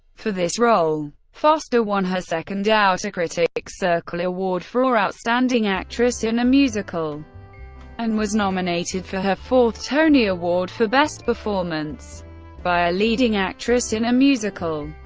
for this role, foster won her second outer critics circle award for outstanding actress in a musical and was nominated for her fourth tony award for best performance by a leading actress in a musical.